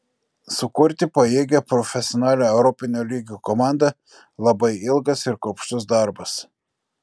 sukurti pajėgią profesionalią europinio lygio komandą labai ilgas ir kruopštus darbas